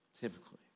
Typically